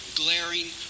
glaring